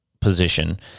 position